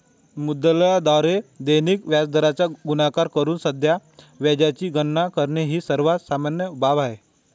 मुद्दलाद्वारे दैनिक व्याजदराचा गुणाकार करून साध्या व्याजाची गणना करणे ही सर्वात सामान्य बाब आहे